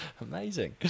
Amazing